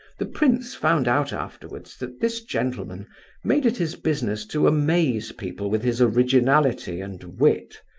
the prince found out afterwards that this gentleman made it his business to amaze people with his originality and wit,